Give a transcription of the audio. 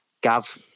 Gav